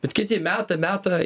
bet kiek jie meta meta